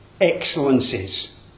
excellences